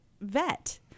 vet